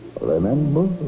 Remember